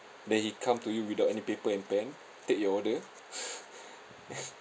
then he come to you without any paper and pen take your order